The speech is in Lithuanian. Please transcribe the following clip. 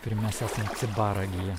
ir mes esam cibaragėje